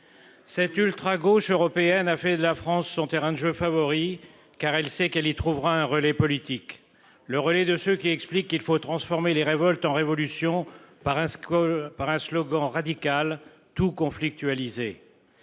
Cette ultra gauche européenne a fait de la France, son terrain de jeu favori car elle sait qu'elle y trouvera un relais politique. Le relais de ce qui explique qu'il faut transformer les révoltes en révolution par un score par un slogan radical tout conflictualités